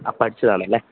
ആ പഠിച്ചതാണല്ലേ